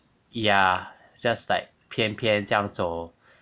ya just like 偏偏这样走